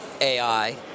AI